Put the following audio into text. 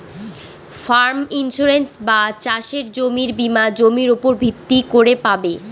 farm insurance বা চাসের জমির বীমা জমির উপর ভিত্তি করে পাবে